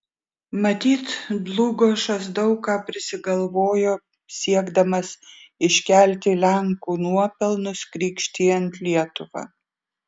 matyt dlugošas daug ką prisigalvojo siekdamas iškelti lenkų nuopelnus krikštijant lietuvą